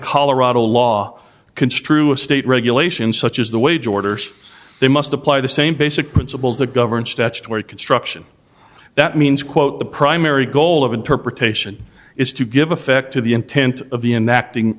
colorado law construe a state regulation such as the wage orders they must apply the same basic principles that govern statutory construction that means quote the primary goal of interpretation is to give effect to the intent of the enacting